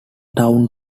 town